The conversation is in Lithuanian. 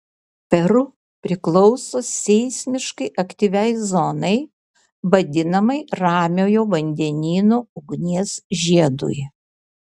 peru priklauso seismiškai aktyviai zonai vadinamai ramiojo vandenyno ugnies žiedui